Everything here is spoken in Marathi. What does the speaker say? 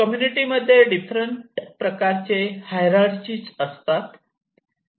कम्युनिटी मध्ये डिफरेन्ट प्रकारचे हिरअर्चि असतात